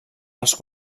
els